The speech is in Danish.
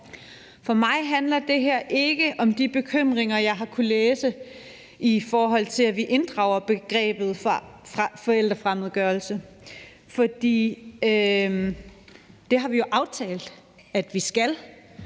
For mig handler det her ikke om de bekymringer, jeg har kunnet læse om, i forhold til at vi inddrager begrebet forældrefremmedgørelse, for det har vi jo aftalt at vi skal.